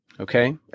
okay